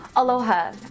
Aloha